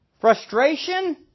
Frustration